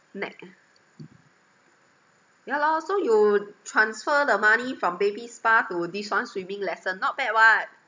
neck ya lor so you transfer the money from baby spa to this one swimming lesson not bad [what]